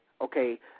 okay